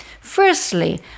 firstly